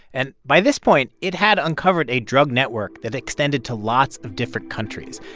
and by this point, it had uncovered a drug network that extended to lots of different countries.